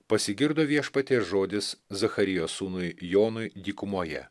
pasigirdo viešpaties žodis zacharijo sūnui jonui dykumoje